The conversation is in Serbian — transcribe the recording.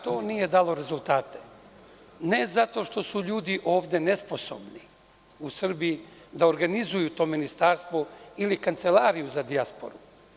To nije dalo rezultate, ali ne zato što su ljudi ovde nesposobni u Srbiji da organizuju to ministarstvo ili kancelariju za dijasporu.